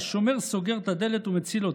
והשומר סוגר את הדלת ומציל אותה.